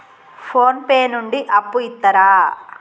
Phone pay నుండి అప్పు ఇత్తరా?